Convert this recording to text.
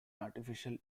artificial